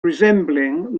resembling